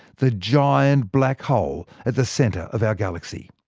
the giant black hole at the centre of our galaxy.